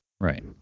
Right